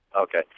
Okay